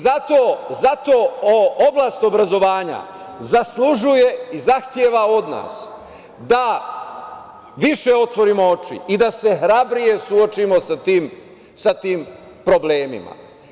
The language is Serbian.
Zato oblast obrazovanja zaslužuje i zahteva od nas da više otvorimo oči i da se hrabrije suočimo sa tim problemima.